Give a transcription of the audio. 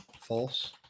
False